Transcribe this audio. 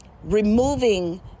Removing